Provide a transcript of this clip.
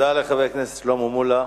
תודה לחבר הכנסת שלמה מולה.